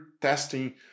testing